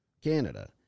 Canada